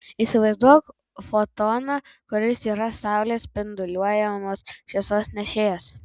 įsivaizduok fotoną kuris yra saulės spinduliuojamos šviesos nešėjas